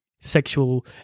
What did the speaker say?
sexual